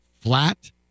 flat